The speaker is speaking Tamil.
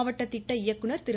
மாவட்ட திட்ட இயக்குநர் திரு